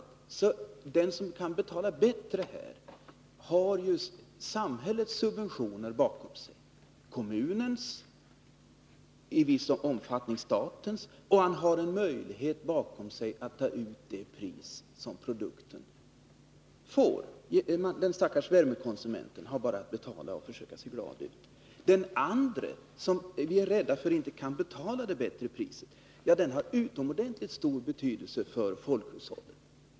Den som kan betala bättre i detta fall har ju samhällets — kommunens och i viss omfattning statens — subventioner bakom sig, och det finns möjlighet att ta ut det pris som produkten betingar. Den stackars värmekonsumenten har bara att betala och försöka se glad ut. Den andra parten — industrin som vi befarar inte kan betala det högre priset — har utomordentligt stor betydelse för folkhushållet.